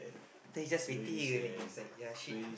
then he just waiting only he's like ya shit